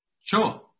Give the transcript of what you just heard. Sure